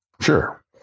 Sure